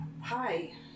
hi